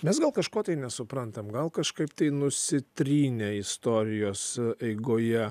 mes gal kažko nesuprantam gal kažkaip tai nusitrynė istorijos eigoje